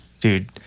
dude